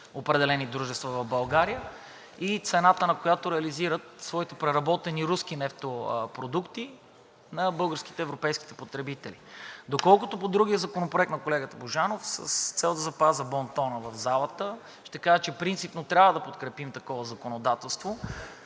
определени дружества в България и цената на която реализират своите преработени руски нефтопродукти на българските и европейските потребители. Колкото по другия законопроект на колегата Божанов, с цел да запазя бонтона в залата, ще кажа, че принципно трябва да подкрепим такова законодателство,